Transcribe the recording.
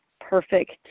perfect